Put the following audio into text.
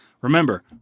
remember